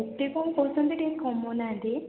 ଏତେ କ'ଣ କହୁଛନ୍ତି ଟିକେ କମାଉନାହାଁନ୍ତି